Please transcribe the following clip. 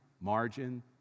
margin